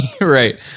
right